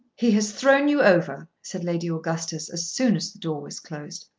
he has thrown you over, said lady augustus as soon as the door was closed.